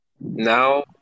now